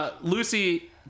Lucy